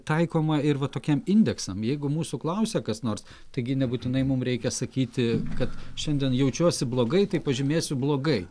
taikoma ir va tokiem indeksam jeigu mūsų klausia kas nors taigi nebūtinai mum reikia sakyti kad šiandien jaučiuosi blogai tai pažymėsiu blogai